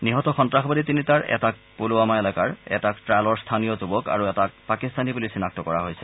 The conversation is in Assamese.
নিহত সন্ত্ৰাসবাদী তিনিটাৰ এটা পূলৱামা এলেকাৰ এটা ট্টালৰ স্থানীয় যুৱক আৰু এটা পাকিস্তানী বুলি চিনাক্ত কৰা হৈছে